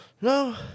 No